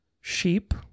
sheep